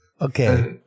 Okay